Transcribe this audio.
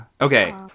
Okay